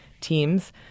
teams